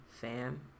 fam